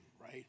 right